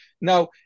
Now